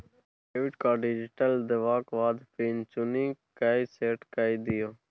debit card detail देबाक बाद PIN चुनि कए सेट कए दियौ